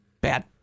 Bad